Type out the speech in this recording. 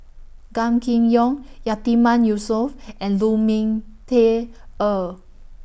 Gan Kim Yong Yatiman Yusof and Lu Ming Teh Earl